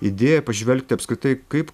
idėja pažvelgti apskritai kaip